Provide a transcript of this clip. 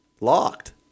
Locked